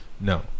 No